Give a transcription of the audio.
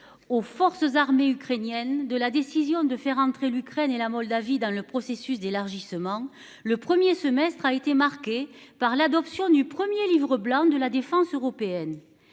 Aux forces armées ukrainiennes de la décision de faire entrer l'Ukraine et la Moldavie dans le processus d'élargissement. Le 1er semestre a été marquée par l'adoption du 1er livre blanc de la défense européenne